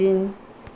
तिन